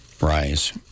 rise